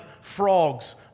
frogs